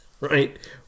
Right